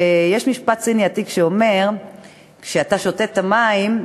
משפט סיני עתיק אומר שכשאתה שותה את המים,